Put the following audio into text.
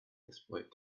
exploit